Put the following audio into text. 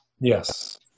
yes